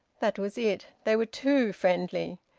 that was it they were too friendly.